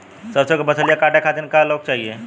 सरसो के फसलिया कांटे खातिन क लोग चाहिए?